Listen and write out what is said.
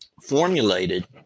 formulated